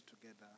together